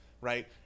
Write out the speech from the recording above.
right